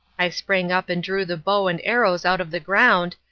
i sprang up and drew the bow and arrows out of the ground,